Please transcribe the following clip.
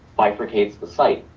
bifurcates the site.